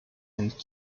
and